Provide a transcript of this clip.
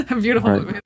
beautiful